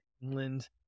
England